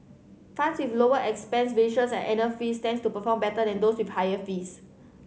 funds with lower expense ratios and annual fees tends to perform better than those with higher fees